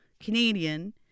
Canadian